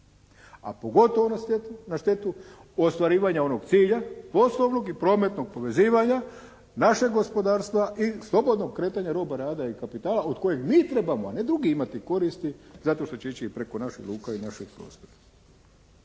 a pogotovo na štetu ostvarivanja onog cilja poslovnog i prometnog povezivanja našeg gospodarstva i slobodnog kretanja roba rada i kapitala od kojeg mi trebamo a ne drugi imati koristi zato što će ići preko naših luka i našeg prostora.